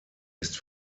ist